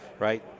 Right